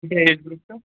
ژےٚ کیٛاہ age group چھو